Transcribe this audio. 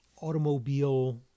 automobile